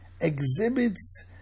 exhibits